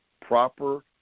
proper